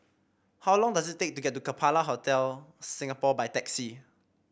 how long does it take to get to Capella Hotel Singapore by taxi